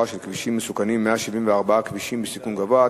של כבישים מסוכנים: 174 כבישים בסיכון גבוה,